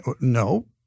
No